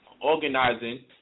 organizing